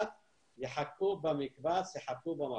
העולים ימשיכו להיות במקום.